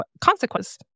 consequence